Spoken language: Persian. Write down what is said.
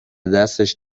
دستش